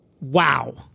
wow